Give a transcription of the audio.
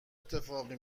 اتفاقی